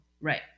Right